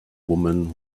women